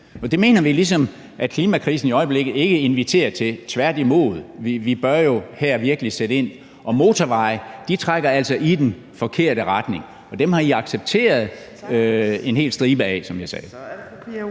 det mener vi ligesom at klimakrisen i øjeblikket ikke inviterer til. Tværtimod. Vi bør jo her virkelig sætte ind, og motorveje trækker altså i den forkerte retning, og dem har I accepteret en hel stribe af,